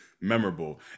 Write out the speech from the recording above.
memorable